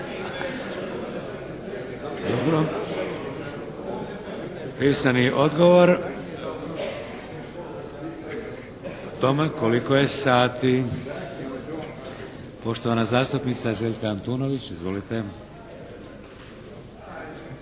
Dobro. Pisani odgovor o tome koliko je sati. Poštovana zastupnica Željka Antunović. Izvolite!